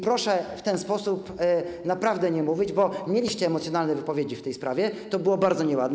Proszę w ten sposób naprawdę nie mówić, bo mieliście emocjonalne wypowiedzi w tej sprawie, to było bardzo nieładne.